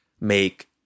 make